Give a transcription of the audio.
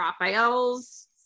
Raphael's